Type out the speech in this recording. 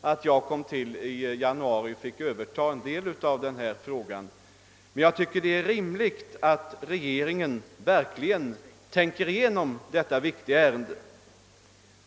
att jag i januari fick överta ansvaret för en del av denna fråga. Men jag tycker det är rimligt att regeringen verkligen tänker igenom detta viktiga ärende.